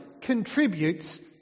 contributes